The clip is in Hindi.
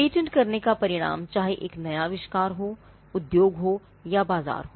पेटेंट करने का परिणाम चाहे एक नया आविष्कार हो उद्योग हो या बाजार हो